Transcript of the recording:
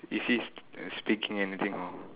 is she uh speaking anything or